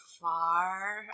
far